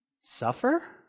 suffer